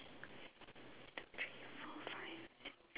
news yup